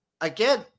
Again